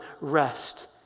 rest